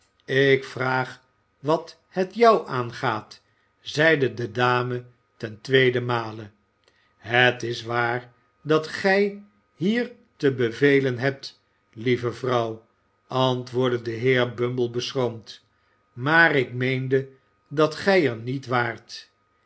ik vraag wat het jou aangaat zeide de dame ten tweeden male het is waar dat gij hier te bevelen hebt lieve vrouw antwoordde de heer bumble beschroomd maar ik meende dat gij er niet waart